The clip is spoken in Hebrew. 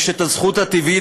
חיפשתי אותו שם.